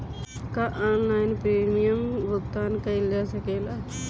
का online premium भुगतान कईल जा सकेला?